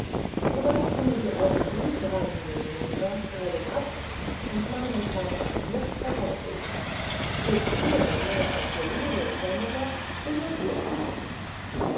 sobald kuno die augen schließt reiten wir hinunter teilen ab und meinen part an schmuck verkaufe ich gebt ihr dann mehr als der jude frau mutter so sollt ihr ihn haben